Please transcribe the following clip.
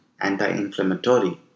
anti-inflammatory